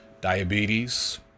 diabetes